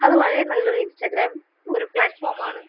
അത് വളരെ നല്ലൊരു ഇൻസ്റ്റെഗ്രാം ഒരു പ്ലാറ്റ്ഫോമാണ്